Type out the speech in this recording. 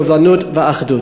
סובלנות ואחדות.